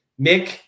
Mick